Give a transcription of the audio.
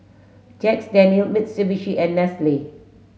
Jack Daniel Mitsubishi and Nestle